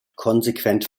konsequent